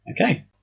Okay